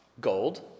Gold